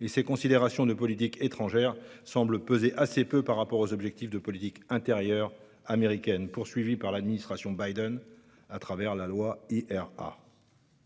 et ces considérations de politique étrangère semblent peser assez peu par rapport aux objectifs de politique intérieure américaine que l'administration Biden cherche à atteindre